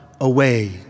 away